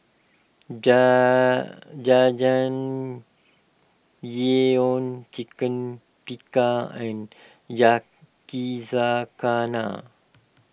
jar Jajangmyeon Chicken Tikka and Yakizakana